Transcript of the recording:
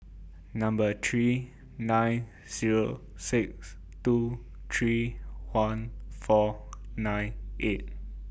Number three nine Zero six two three one four nine eight